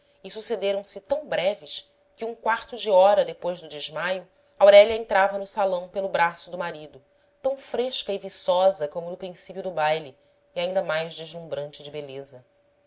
e sucederam se tão breves que um quarto de hora depois do desmaio aurélia entrava no salão pelo braço do marido tão fresca e viçosa como no princípio do baile e ainda mais deslumbrante de beleza